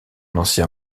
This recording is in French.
ancien